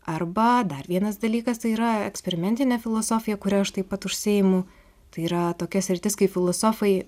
arba dar vienas dalykas tai yra eksperimentinė filosofija kuria aš taip pat užsiimu tai yra tokia sritis kai filosofai